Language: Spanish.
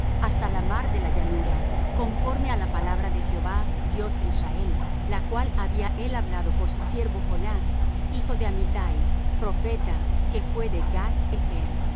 hasta la mar de la llanura conforme á la palabra de jehová dios de israel la cual había él hablado por su siervo jonás hijo de amittai profeta que fué de gath hepher por